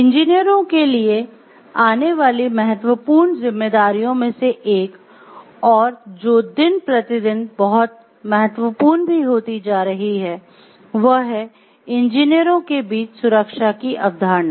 इंजीनियरों के लिए आने वाली महत्वपूर्ण जिम्मेदारियों में से एक और जो दिन प्रतिदिन बहुत महत्वपूर्ण भी होती जा रही है वह है इंजीनियरों के बीच सुरक्षा की अवधारणा